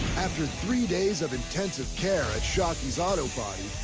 after three days of intensive care at shockey's auto body,